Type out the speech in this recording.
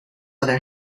other